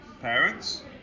parents